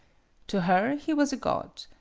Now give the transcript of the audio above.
to her he was a god,